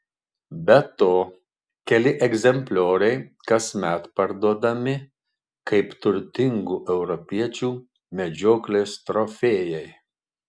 be to keli egzemplioriai kasmet parduodami kaip turtingų europiečių medžioklės trofėjai